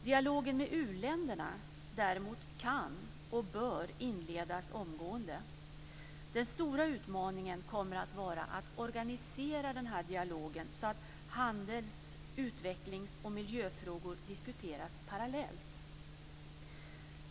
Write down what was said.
Dialogen med u-länderna kan och bör däremot inledas omgående. Den stora utmaningen kommer att vara att organisera den här dialogen, så att handels-, utvecklings och miljöfrågor diskuteras parallellt.